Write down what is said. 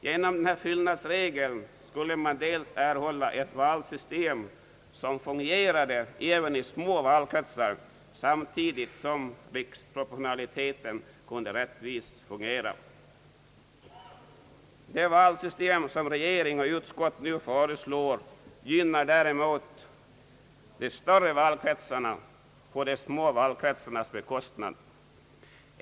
Genom denna fyllnadsregel skulle man dels erhålla ett valsystem som fungerade även i små valkretsar samtidigt som riksproportionaliteten kunde fungera rättvist. Det valsystem som regering och utskott nu föreslår gynnar däremot de större valkretsarna på de små valkretsarnas bekostnad.